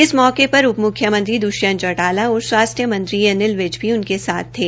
इस मौके पर उप मुख्यमंत्री द्वष्यंत चौटाला और स्वास्थ्य मंत्री अनिल विज भी उनके साथ थे